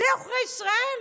אלה עוכרי ישראל?